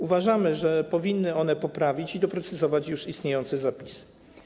Uważamy, że powinny one poprawić i doprecyzować już istniejące zapisy.